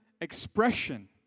expression